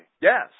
Yes